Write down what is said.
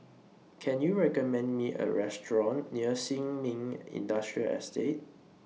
Can YOU recommend Me A Restaurant near Sin Ming Industrial Estate